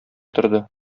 торды